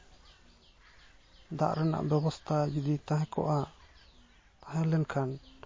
ᱫᱟᱜ ᱨᱮᱱᱟᱜ ᱵᱮᱵᱚᱥᱛᱟ ᱡᱩᱫᱤ ᱛᱟᱦᱮᱸ ᱠᱚᱜᱼᱟ ᱛᱟᱦᱮᱸᱞᱮᱱᱠᱷᱟᱱ